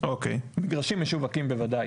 משווקים בוודאי.